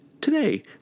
Today